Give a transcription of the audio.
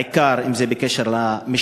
בעיקר אם זה קשור למשטרה,